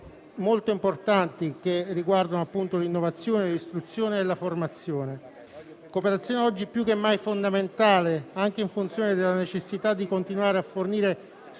molto importanti che riguardano l'innovazione, l'istruzione e la formazione. Cooperazione oggi più che mai fondamentale, anche in funzione della necessità di continuare a fornire supporto